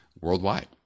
worldwide